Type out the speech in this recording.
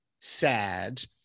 sad